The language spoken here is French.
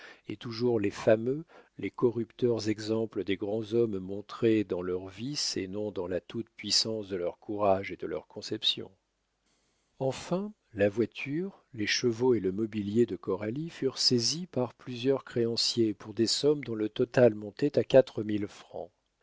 et toujours les fameux les corrupteurs exemples des grands hommes montrés dans leurs vices et non dans la toute-puissance de leur courage et de leurs conceptions enfin la voiture les chevaux et le mobilier de coralie furent saisis par plusieurs créanciers pour des sommes dont le total montait à